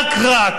רק רע.